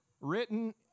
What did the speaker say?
written